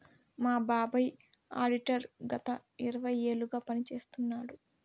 మా బాబాయ్ ఆడిటర్ గత ఇరవై ఏళ్లుగా పని చేస్తున్నాడు